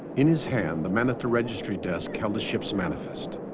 in his hand the men at the registry desk held a ship's manifest